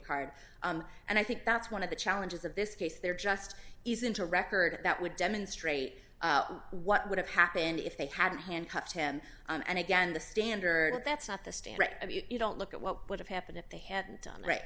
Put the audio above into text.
guard and i think that's one of the challenges of this case there just isn't a record that would demonstrate what would have happened if they had handcuffed him and again the standard that's not the stand you don't look at what would have happened if they had done right